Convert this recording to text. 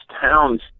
towns